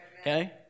Okay